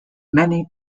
many